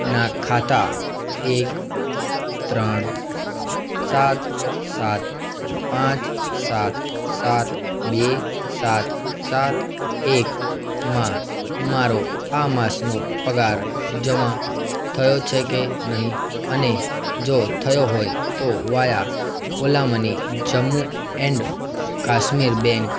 નાં ખાતા એક ત્રણ સાત સાત પાંચ સાત સાત બે સાત સાત એકમાં મારો આ માસનો પગાર જમા થયો છે કે નહીં અને જો થયો હોય તો via Ola Money Jammu and Kashmir bank